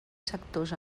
sectors